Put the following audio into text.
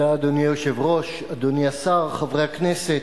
אדוני היושב-ראש, אדוני השר, חברי הכנסת,